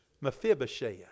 Mephibosheth